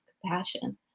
compassion